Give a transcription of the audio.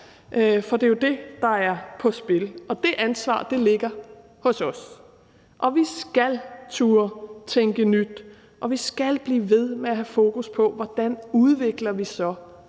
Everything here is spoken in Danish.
For det er jo det, der er på spil. Og det ansvar ligger hos os. Vi skal turde tænke nyt, og vi skal blive ved med at have fokus på, hvordan vi så